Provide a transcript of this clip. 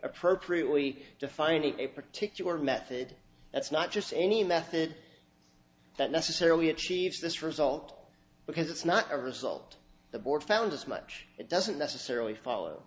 appropriately defining a particular method that's not just any method that necessarily achieves this result because it's not a result the board found as much it doesn't necessarily follow